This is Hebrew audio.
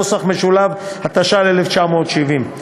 התש"ל 1970,